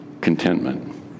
contentment